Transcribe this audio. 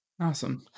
Awesome